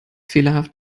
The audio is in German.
fehlerhaft